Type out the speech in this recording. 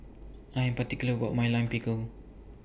I Am particular about My Lime Pickle